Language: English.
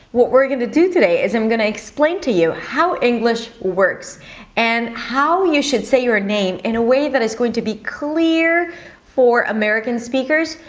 what we're gonna do today is i'm gonna explain to you how english works and how you should say your name in a way that is going to be clear for american speakers.